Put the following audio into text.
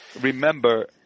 Remember